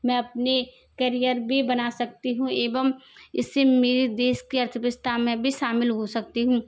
मैं अपने करियर भी बना सकती हूँ एवं इस से मेरे देश की अर्थव्यवस्था में भी शामिल हो सकती हूँ